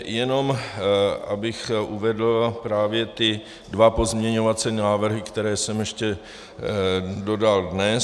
Jen abych uvedl ty dva pozměňovací návrhy, které jsem ještě dodal dnes.